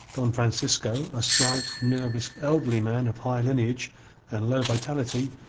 don francisco, a slight, nervous, elderly man of high lineage and low vitality,